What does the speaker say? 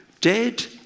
Dead